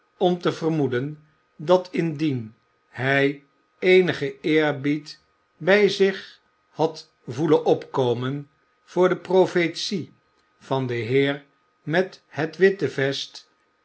om te vermoeden dat indien hij eenigen eerbied bij zich had voelen opkomen voor de profetie van den heer met het witte vest